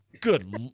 good